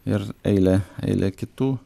ir eilė eilė kitų